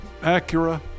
Acura